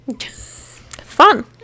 Fun